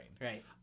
Right